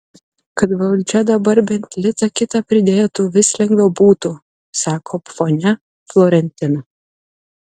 kad valdžia dabar bent litą kitą pridėtų vis lengviau būtų sako ponia florentina